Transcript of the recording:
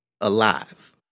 alive